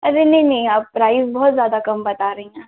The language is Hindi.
अरे नहीं नहीं आप प्राइज़ बहुत ज्यादा कम बता रहीं ना